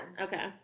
Okay